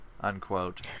unquote